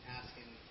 asking